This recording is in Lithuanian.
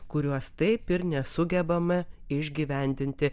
kuriuos taip ir nesugebame išgyvendinti